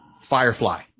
Firefly